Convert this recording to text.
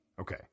Okay